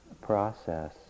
process